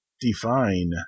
define